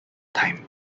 time